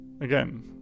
again